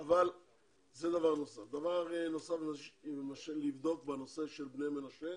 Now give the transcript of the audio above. במטרות לא כתוב ברית המועצות.